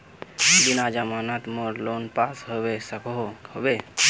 बिना जमानत मोर लोन पास होबे सकोहो होबे?